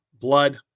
blood